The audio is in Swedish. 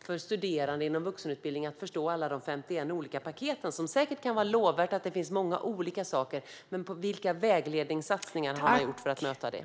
för studerande inom vuxenutbildningen att förstå alla de 51 olika paketen? Det kan säkert vara lovvärt att det finns många olika saker, men vilka vägledningsinsatser har ni gjort för att möta detta?